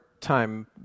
time